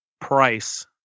price